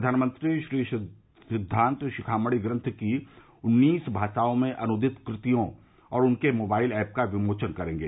प्रधानमंत्री श्री सिद्वांत शिखामणि ग्रंथ की उन्नीस भाषाओं में अनुदित कृतियों और उनके मोबाइल एप का विमोचन करेंगे